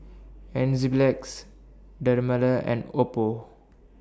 Enzyplex Dermale and Oppo